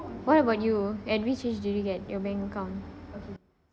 what about you at which age did you get your bank account